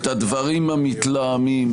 -- את הדברים המתלהמים,